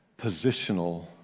positional